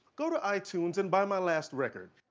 go to itunes and buy my last record.